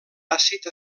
àcid